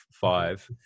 five